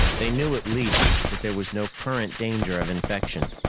they knew, at least, that there was no current danger of infection.